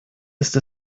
ist